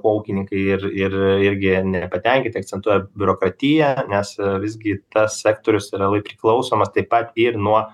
kuo ūkininkai ir ir irgi nepatenkinti akcentuoja biurokratiją nes visgi tas sektorius yra labai priklausomas taip pat ir nuo